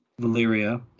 Valyria